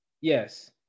Yes